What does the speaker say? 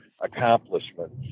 accomplishment